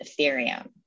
Ethereum